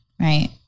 Right